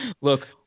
look